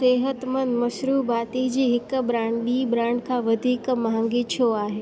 सिहतमंद मशरूबाति जी हिक ब्रांड ॿी ब्रांड खां वधीक महांगी छो आहे